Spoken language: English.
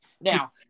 Now